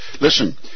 Listen